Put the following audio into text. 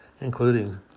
including